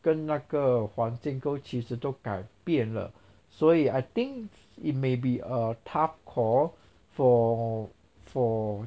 跟那个环境都其实都改变了所以 I think it may be a tough call for for